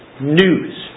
news